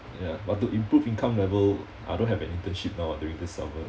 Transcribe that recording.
ya but to improve income level I don't have an internship now ah during this summer